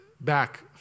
back